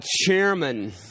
chairman